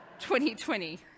2020